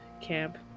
camp